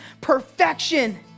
perfection